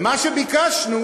ומה שביקשנו,